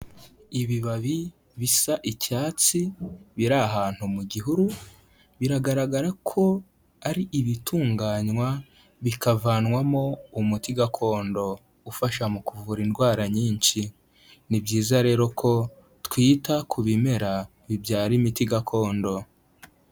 Ibibabi bisa icyatsi biri ahantu mu gihuru, biragaragara ko ari ibitunganywa, bikavanwamo umuti gakondo ufasha mu kuvura indwara nyinshi. Ni byiza rero ko twita ku bimera bibyara imiti gakondo.